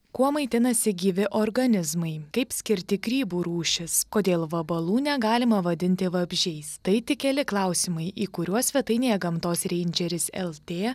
kuo maitinasi gyvi organizmai kaip skirti grybų rūšis kodėl vabalų negalima vadinti vabzdžiais tai tik keli klausimai į kuriuos svetainėje gamtos reindžeris lt